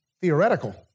theoretical